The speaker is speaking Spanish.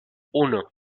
uno